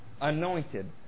Anointed